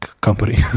company